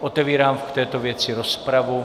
Otevírám k této věci rozpravu.